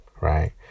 right